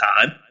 time